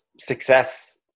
Success